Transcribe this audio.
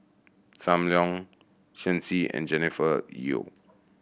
Sam Leong Shen Xi and Jennifer Yeo